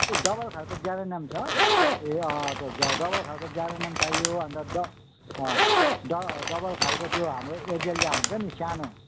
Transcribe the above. double खालको geranium छ ए अँ अँ त्यो डबल खालको जिरेनियम चाहियो अन्त अँ डबल खालको त्यो हाम्रो एजिलिया हुन्छ नि सानो